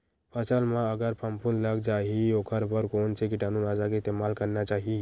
फसल म अगर फफूंद लग जा ही ओखर बर कोन से कीटानु नाशक के इस्तेमाल करना चाहि?